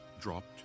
dropped